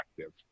active